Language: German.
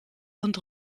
und